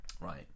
right